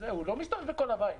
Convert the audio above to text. הוא לא מסתובב בכל הבית.